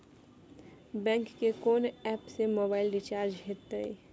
Bank के कोन app से मोबाइल रिचार्ज हेते?